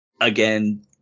Again